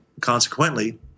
consequently